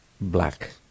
black